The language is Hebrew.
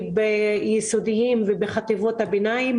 בבתי הספר היסודיים ובחטיבות הביניים.